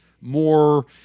more